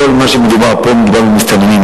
בכל מה שמדובר פה, מדובר במסתננים.